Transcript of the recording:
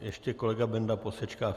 Ještě kolega Benda posečká.